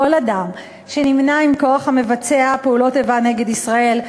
כל אדם שנמנה עם כוח המבצע פעולות איבה נגד ישראל,